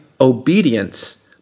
obedience